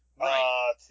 right